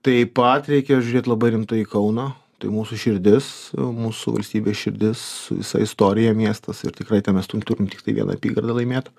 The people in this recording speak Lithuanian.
taip pat reikia žiūrėt labai rimtai į kauną tai mūsų širdis mūsų valstybės širdis su visa istorija miestas ir tikrai ten mes turim turim tiktai vieną apygardą laimėtą